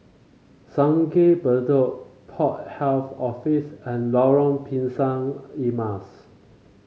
Sungei Bedok Port Health Office and Lorong Pisang Emas